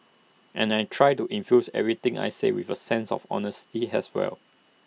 and I try to infuse everything I say with A sense of honesty has well